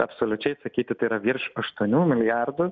absoliučiai sakyti tai yra virš aštuonių milijardų